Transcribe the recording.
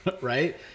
Right